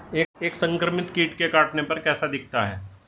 एक संक्रमित कीट के काटने पर कैसा दिखता है?